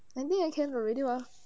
then me can already ah